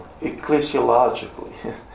ecclesiologically